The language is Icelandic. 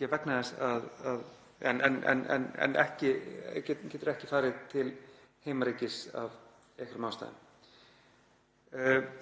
vernd á Íslandi en getur ekki farið til heimaríkis af einhverjum ástæðum.